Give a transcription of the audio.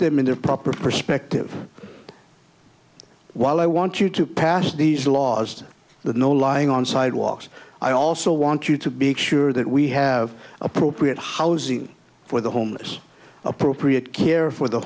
them in their proper perspective while i want you to pass these laws to the no lying on sidewalks i also want you to be sure that we have appropriate housing for the homeless appropriate care for the